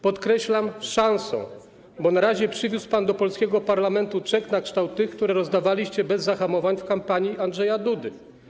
Podkreślam: szansą, bo na razie przywiózł pan do polskiego parlamentu czek na kształt tych, które rozdawaliście bez zahamowań w kampanii Andrzeja Dudy.